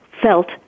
felt